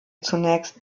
zunächst